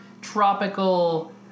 tropical